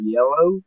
Yellow